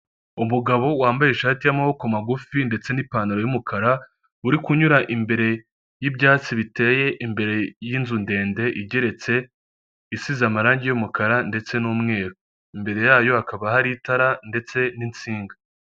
Umugabo wambaye ishati y'amaboko magufi ndetse n'ipantaro y'umukara, uri kunyura imbere y'ibyatsi biteye imbere y'inzu ndende igeretse, isize amarangi y'umukara ndetse n'umweru imbere yayo hakaba hari itara ndetse n'insinga.